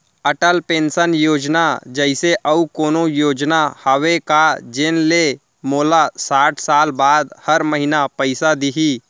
Atal pension Yojana जइसे अऊ कोनो योजना हावे का जेन ले मोला साठ साल बाद हर महीना पइसा दिही?